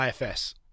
ifs